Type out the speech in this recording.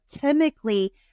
chemically